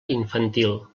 infantil